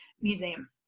museum